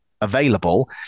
available